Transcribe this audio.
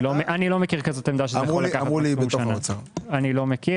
אמרו יל.